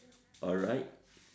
alright